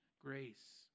grace